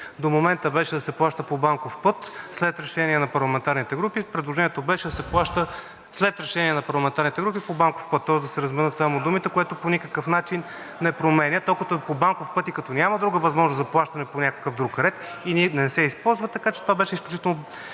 До момента беше да се плаща по банков път след решение на парламентарните групи, предложението беше да се плаща след решение на парламентарните групи по банков път, тоест да се разменят само думите, което по никакъв начин не променя. Като е по банков път и като няма друга възможност за плащане по някакъв друг ред или не се използва, така че това беше изключително...